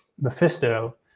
Mephisto